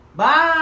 Bye